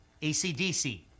ACDC